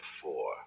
four